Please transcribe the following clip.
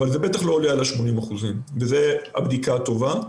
אבל זה בטח לא עולה על 80%. זאת בדיקה טובה,